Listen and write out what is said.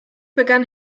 begann